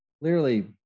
clearly